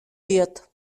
diot